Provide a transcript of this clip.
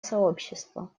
сообщества